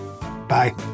Bye